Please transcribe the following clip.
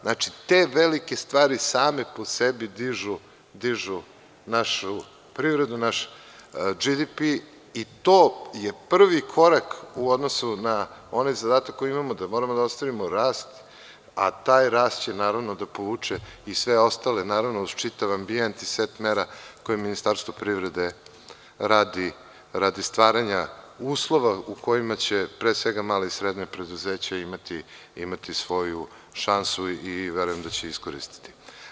Znači, te velike stvari same po sebi dižu našu privredu i naš BDP i to je prvi korak u odnosu na onaj zadatak koji imamo, da moramo da ostvarimo rast, a taj rast će da povuče i sve ostalo, uz čitav ambijent i set mera koje Ministarstvo privrede radi stvaranja uslova u kojima će pre svega mala i srednja preduzeća imati svoju šansu i verujem da će je iskoristiti.